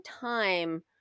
time